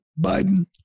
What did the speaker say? Biden